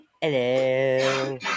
Hello